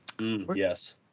yes